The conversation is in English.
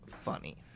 funny